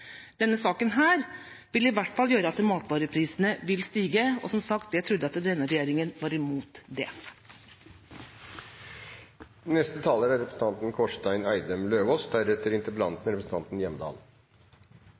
Denne saken vil i hvert fall gjøre at matvareprisene vil stige. Som sagt: Jeg trodde at denne regjeringa var imot det. Det kanskje aller viktigste argumentet for å endre lovgivningen er